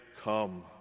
come